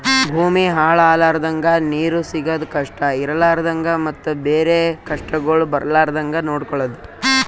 ಭೂಮಿ ಹಾಳ ಆಲರ್ದಂಗ, ನೀರು ಸಿಗದ್ ಕಷ್ಟ ಇರಲಾರದಂಗ ಮತ್ತ ಬೇರೆ ಕಷ್ಟಗೊಳ್ ಬರ್ಲಾರ್ದಂಗ್ ನೊಡ್ಕೊಳದ್